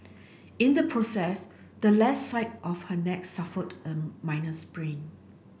in the process the left side of her neck suffered a minor sprain